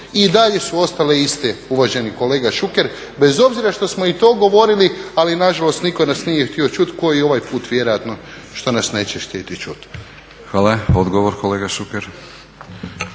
i dalje su ostale iste uvaženi kolega Šuker, bez obzira što smo i to govorili. Ali nažalost nitko nas nije htio čut, kao i ovaj put vjerojatno što nas neće htjeti čuti. **Batinić, Milorad